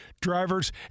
drivers